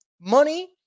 money